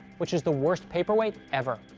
which is the worst paperweight ever.